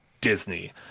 disney